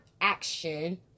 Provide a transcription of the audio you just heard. action